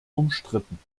umstritten